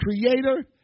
creator